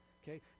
okay